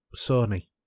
Sony